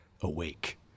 Awake